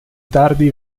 tardi